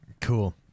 Cool